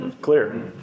Clear